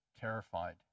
terrified